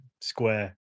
square